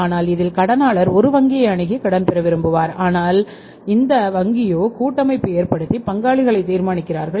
ஆனால் இதில் கடனாளர் ஒரு வங்கியை அணுகி கடன் பெற விரும்புவார் ஆனால் அந்த வங்கியோ கூட்டமைப்பு ஏற்படுத்தி பங்காளிகளை தீர்மானிப்பார்கள்